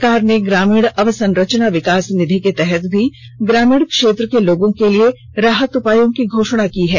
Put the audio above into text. सरकार ने ग्रामीण अवसंरचना विकास निधि के तहत भी ग्रामीण क्षेत्र के लोगों के लिए राहत उपायों की घोषणा की है